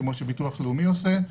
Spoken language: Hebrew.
כמו שביטוח לאומי עושה.